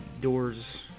doors